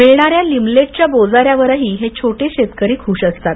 मिळणार्या लिमलेटच्या बोजार्यापवरही हे छोटे शेतकरी ख्श असतात